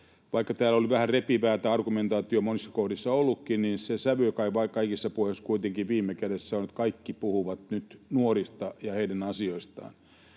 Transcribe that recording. Vaikka täällä on vähän repivää tämä argumentaatio monissa kohdissa ollutkin, niin se sävy, joka kaikissa puheissa kuitenkin viime kädessä on, on se, että kaikki puhuvat nyt nuorista ja heidän asioistaan.